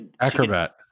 Acrobat